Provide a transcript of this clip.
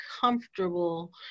comfortable